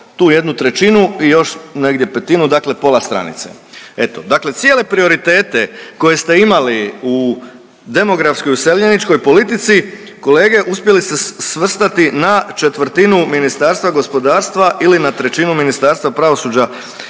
tu jednu trećinu i još negdje petinu, dakle pola stranice, eto. Dakle, cijele prioritete koje ste imali u demografskoj i useljeničkoj politici kolege uspjeli ste svrstati na četvrtinu Ministarstva gospodarstva ili na trećinu Ministarstva pravosuđa,